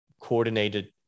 coordinated